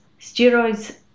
Steroids